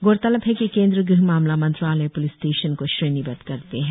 गौरतलब है कि केंद्रीय गृह मामला मंत्रालय प्लिस स्टेशन को श्रेणीबद्ध करते है